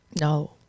no